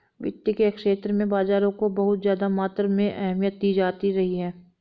वित्त के क्षेत्र में बाजारों को बहुत ज्यादा मात्रा में अहमियत दी जाती रही है